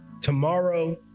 tomorrow